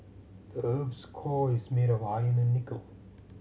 the earth's core is made of iron and nickel